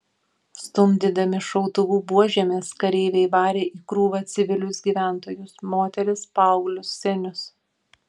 stumdydami šautuvų buožėmis kareiviai varė į krūvą civilius gyventojus moteris paauglius senius